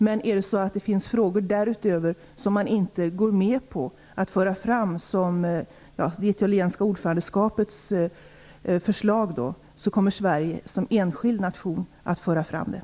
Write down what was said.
Men finns det frågor därutöver som man inte går med på att föra fram som det italienska ordförandeskapets förslag, kommer Sverige som enskild nation att föra fram dem.